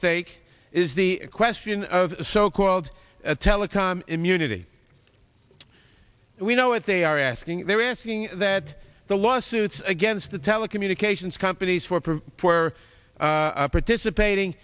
stake is the question of so called telecom immunity and we know what they are asking they're asking that the lawsuits against the telecommunications companies for proof for participating